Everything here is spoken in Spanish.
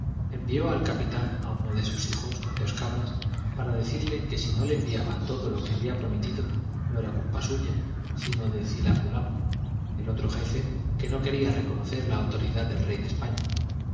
envió al capitán a uno de sus hijos con dos cabras para decirle que si no le enviaba todo lo que le había prometido no era culpa suya sino de cilapulapu el otro jefe que no quería reconocer la autoridad del rey de españa